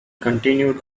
continued